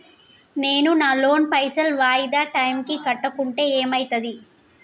నేను నా లోన్ పైసల్ వాయిదా టైం కి కట్టకుంటే ఏమైతది?